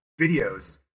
videos